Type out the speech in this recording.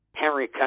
Henry